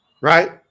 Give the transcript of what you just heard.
right